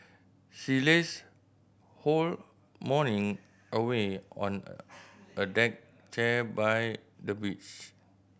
she lazed whole morning away on a a deck chair by the beach